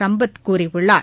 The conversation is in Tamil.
சம்பத் கூறியுள்ளார்